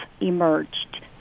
emerged